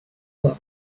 doit